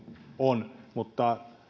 on mutta